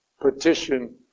petition